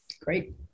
great